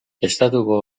estatuko